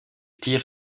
tire